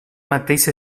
mateix